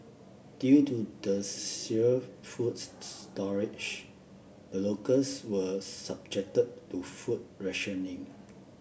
due to the foods storage the locals were subjected to food rationing